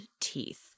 Teeth